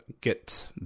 get